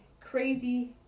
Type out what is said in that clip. crazy